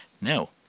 Now